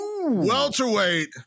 Welterweight